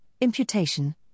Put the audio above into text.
imputation